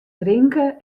drinke